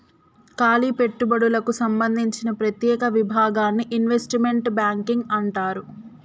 కాలి పెట్టుబడులకు సంబందించిన ప్రత్యేక విభాగాన్ని ఇన్వెస్ట్మెంట్ బ్యాంకింగ్ అంటారు